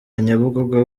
nyabugogo